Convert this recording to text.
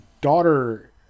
daughter